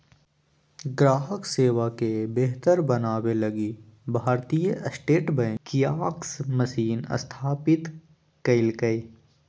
ग्राहक सेवा के बेहतर बनाबे लगी भारतीय स्टेट बैंक कियाक्स मशीन स्थापित कइल्कैय